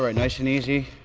ah nice and easy.